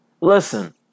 Listen